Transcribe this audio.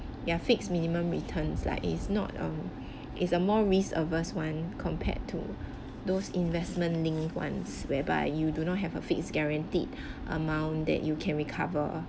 ya fixed minimum returns like it's not um it's a more risk averse one compared to those investment linked ones whereby you do not have a fixed guaranteed amount that you can recover